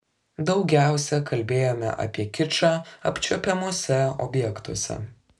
daugiausia kalbėjome apie kičą apčiuopiamuose objektuose